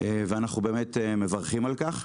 אנחנו באמת מברכים על כך.